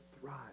thrive